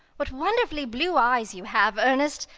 what wonderfully blue eyes you have, ernest!